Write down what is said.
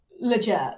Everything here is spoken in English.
Legit